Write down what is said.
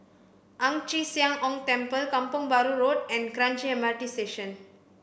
Ang Chee Sia Ong Temple Kampong Bahru Road and Kranji M R T Station